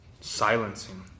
silencing